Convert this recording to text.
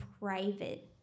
private